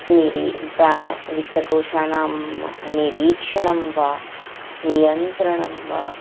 निरी बे वित्तकोशानां निरीक्षणं वा नियन्त्रणं वा